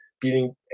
beating